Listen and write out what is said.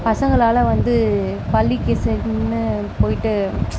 பசங்களால் வந்து பள்ளிக்கு சென்னை போய்ட்டு